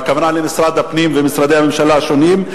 והכוונה למשרד הפנים ומשרדי הממשלה השונים,